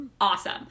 awesome